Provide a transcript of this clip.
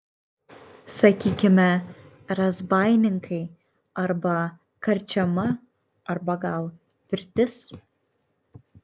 sakykime razbaininkai arba karčiama arba gal pirtis